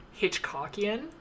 Hitchcockian